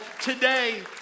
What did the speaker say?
today